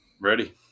Ready